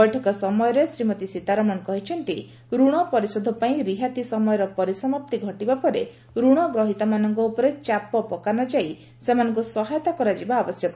ବୈଠକ ସମୟରେ ଶ୍ରୀମତୀ ସୀତାରମଣ କହିଛନ୍ତି ଋଣ ପରିଶୋଧ ପାଇଁ ରିହାତି ସମୟର ପରିସମାପ୍ତି ଘଟିବା ପରେ ଋଣ ଗ୍ରହିତାମାନଙ୍କ ଉପରେ ଚାପ ପକା ନଯାଇ ସେମାନଙ୍କୁ ସହାୟତା କରାଯିବା ଆବଶ୍ୟକ